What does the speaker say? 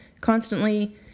Constantly